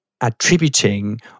attributing